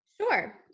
Sure